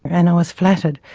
and i was flattered.